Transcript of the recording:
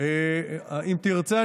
אם תרצה,